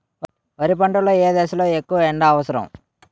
వరి పంట లో ఏ దశ లొ ఎక్కువ ఎండా అవసరం?